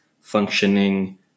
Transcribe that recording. functioning